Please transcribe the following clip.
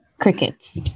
Crickets